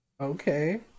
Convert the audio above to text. okay